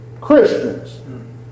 Christians